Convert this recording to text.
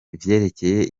ivyerekeye